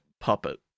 puppet